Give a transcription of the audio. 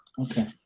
Okay